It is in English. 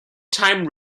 time